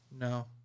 No